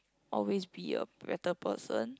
always be a better person